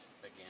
again